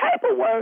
paperwork